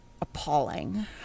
appalling